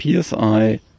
PSI